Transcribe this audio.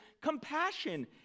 compassion